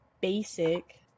basic